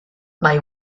mae